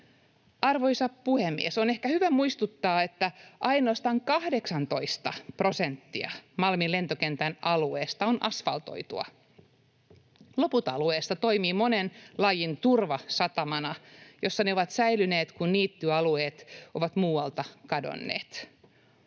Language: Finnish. Arvoisa puhemies! On ehkä hyvä muistuttaa, että ainoastaan 18 prosenttia Malmin lentokentän alueesta on asfaltoitua. Loput alueesta toimii monen lajin turvasatamana, jossa ne ovat säilyneet, kun niittyalueet ovat muualta kadonneet.